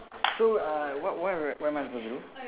so uh what why what am I supposed to do